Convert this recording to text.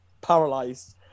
paralyzed